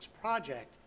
project